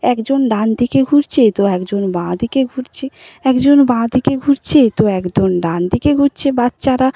একজন ডান দিকে ঘুরছে তো একজন বাঁ দিকে ঘুরছে একজন বাঁ দিকে ঘুরছে তো একজন ডান দিকে ঘুরছে বাচ্চারা